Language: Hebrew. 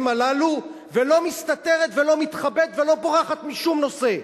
הללו ולא מסתתרת ולא מתחבאת ולא בורחת משום נושא,